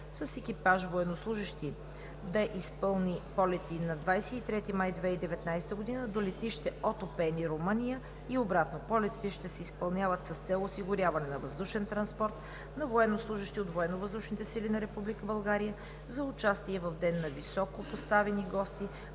с екипаж военнослужещи да изпълни полети на 23 май 2019 г. до летище Отопени – Румъния, и обратно. Полетите ще се изпълняват с цел осигуряване на въздушен транспорт на военнослужещи от Военновъздушните сили на Република България за участие в ден на високопоставени гости